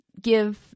give